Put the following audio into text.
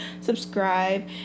subscribe